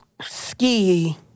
Ski